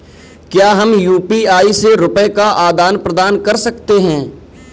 क्या हम यू.पी.आई से रुपये का आदान प्रदान कर सकते हैं?